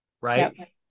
right